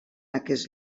aquest